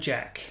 Jack